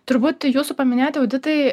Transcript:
turbūt jūsų paminėti auditai